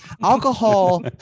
alcohol